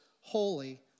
holy